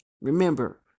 Remember